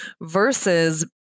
versus